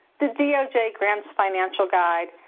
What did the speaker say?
the doj grants financial guide,